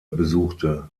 besuchte